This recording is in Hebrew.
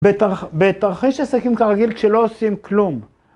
בתרחיש עסקים כרגיל כשלא עושים כלום.